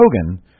Hogan